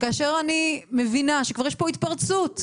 שכאשר אני מבינה שיש פה התפרצות,